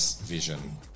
vision